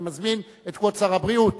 אני מזמין את כבוד שר הבריאות.